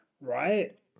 right